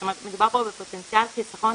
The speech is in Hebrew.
זאת אומרת מדובר פה בפוטנציאל חיסכון